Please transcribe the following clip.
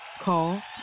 Call